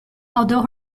although